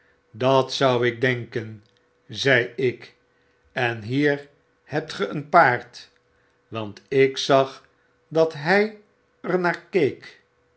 dat zou ik denken zei ik en hier hebt ge een paard i want ik zag dat hij er naar keek